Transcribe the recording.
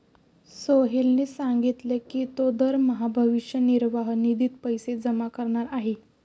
सोहेलने सांगितले की तो दरमहा भविष्य निर्वाह निधीत पैसे जमा करणार आहे